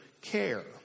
care